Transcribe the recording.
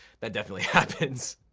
that definitely happens.